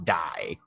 die